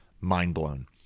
mind-blown